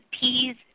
peas